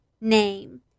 name